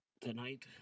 tonight